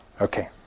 Okay